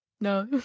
No